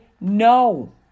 no